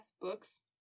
books